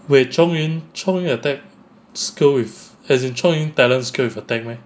wait chong yun chong yun attack skill is as in chong yun talent skill is to attack meh